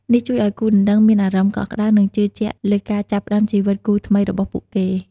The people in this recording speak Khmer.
នេះជួយឲ្យគូដណ្ដឹងមានអារម្មណ៍កក់ក្តៅ និងជឿជាក់លើការចាប់ផ្ដើមជីវិតគូថ្មីរបស់ពួកគេ។